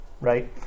right